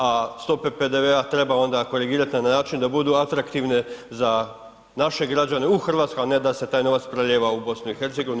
A stope PDV-a treba onda korigirati na način da budu atraktivne za naše građane u Hrvatskoj a ne da se taj novac prelijeva u BiH i u Srbiju.